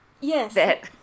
Yes